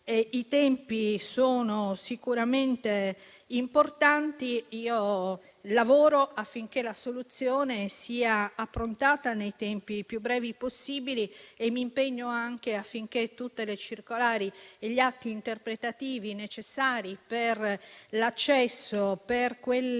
I tempi sono sicuramente importanti; io lavoro affinché la soluzione sia approntata nei tempi più brevi possibili e mi impegno affinché tutte le circolari e gli atti interpretativi necessari per l'accesso di quelle